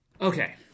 Okay